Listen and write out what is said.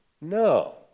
No